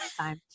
time